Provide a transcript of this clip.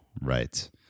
Right